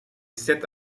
sept